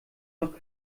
noch